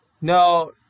No